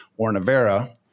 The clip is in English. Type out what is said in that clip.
Ornavera